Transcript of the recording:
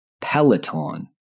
Peloton